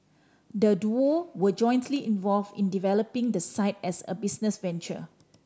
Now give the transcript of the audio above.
the duo were jointly involved in developing the site as a business venture